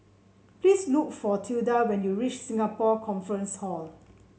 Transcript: please look for Tilda when you reach Singapore Conference Hall